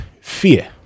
fear